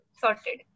sorted